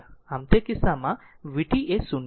આમ તે કિસ્સામાં vt એ 0 છે